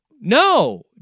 No